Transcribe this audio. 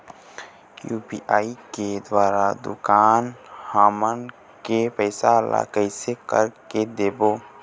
UPI के द्वारा दुकान हमन के पैसा ला कैसे कर के देबो?